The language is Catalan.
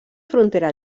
frontera